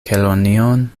kelonion